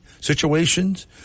situations